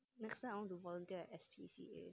next time I want to volunteer at S_P_C_A